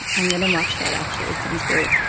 i'm going to watch that. actually, it sounds great.